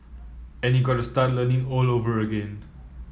and you got to start learning all over again